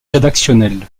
rédactionnel